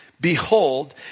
Behold